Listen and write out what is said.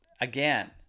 again